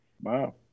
Wow